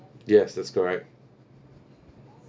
yes that's correct